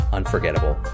unforgettable